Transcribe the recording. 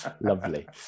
Lovely